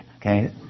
Okay